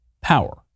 power